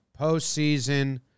postseason